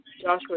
Joshua